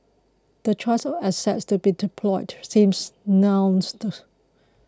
the choice of assets to be deployed seems nuanced